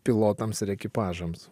pilotams ir ekipažams